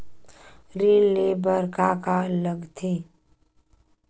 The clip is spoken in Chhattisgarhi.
ऋण ले बर का का लगथे?